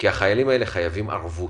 כי החיילים האלה חייבים ערבות,